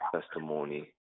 testimony